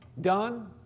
done